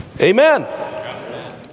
Amen